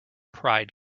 pride